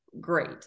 Great